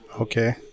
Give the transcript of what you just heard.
Okay